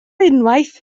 unwaith